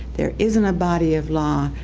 there isn't a body of law.